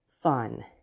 fun